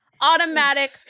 automatic